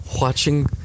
watching